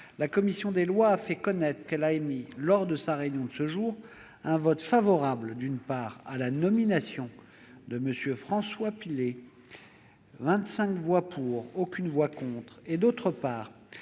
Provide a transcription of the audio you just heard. la commission des lois a fait connaître qu'elle a émis, lors de sa réunion de ce jour, un vote favorable, d'une part, à la nomination de M. François Pillet- 25 voix pour, aucune voix contre -et, d'autre part,